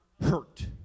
hurt